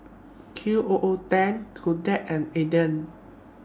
Q O O ten Kodak and Aden